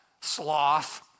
sloth